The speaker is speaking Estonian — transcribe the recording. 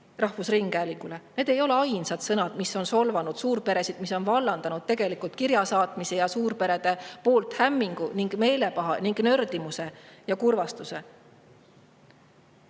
rahvusringhäälingule. Need ei ole ainsad sõnad, mis on solvanud suurperesid ja mis on vallandanud tegelikult kirjade saatmise ning suurperede hämmingu, meelepaha, nördimuse ja kurvastuse.